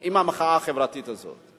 עם המחאה החברתית הזאת.